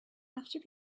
after